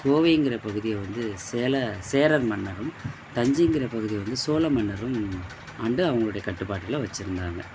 கோவைங்கிறப் பகுதியை வந்து சேல சேரர் மன்னரும் தஞ்சைங்கிறப் பகுதிய வந்து சோழ மன்னரும் ஆண்டு அவங்களுடைய கட்டுப்பாட்டில வச்சுருந்தாங்க